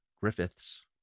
Griffiths